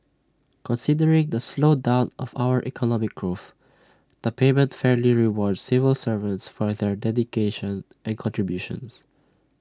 considering the slowdown of our economic growth the payment fairly rewards civil servants for their dedication and contributions